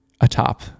atop